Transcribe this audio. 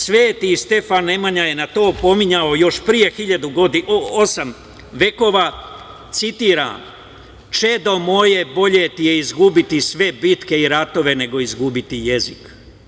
Sveti Stefan Nemanja je na to opominjao još pre osam vekova, citiram: „Čedo moje, bolje ti je izgubiti sve bitke i ratove nego izgubiti jezik.